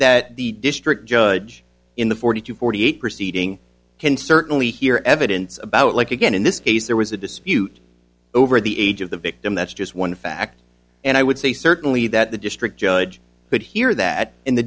that the district judge in the forty to forty eight proceeding can certainly hear evidence about like again in this case there was a dispute over the age of the victim that's just one factor and i would say certainly that the district judge would hear that in the